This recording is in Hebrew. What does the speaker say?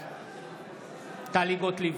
בעד טלי גוטליב,